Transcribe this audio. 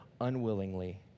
unwillingly